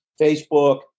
Facebook